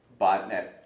botnet